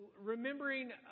remembering